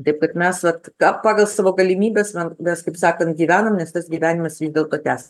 taip pat mes vat ką pagal savo galimybes me mes kaip sakant gyvenam nes tas gyvenimas vis dėlto tęsias